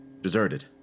Deserted